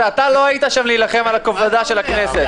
ולא היית שם כדי להילחם על כבודה של הכנסת.